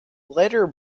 later